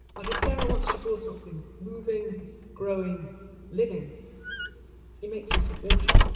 but if sarah wants to draw something moving growing living she makes use of water